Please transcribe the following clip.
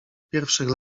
pierwszych